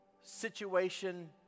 situation